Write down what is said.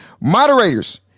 Moderators